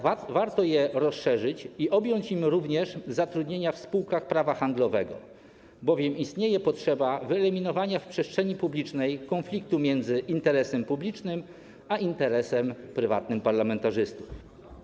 Warto je rozszerzyć i objąć nim również zatrudnienie w spółkach prawa handlowego, albowiem istnieje potrzeba wyeliminowania z przestrzeni publicznej konfliktu między interesem publicznym a interesem prywatnym parlamentarzystów.